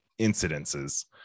incidences